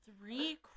three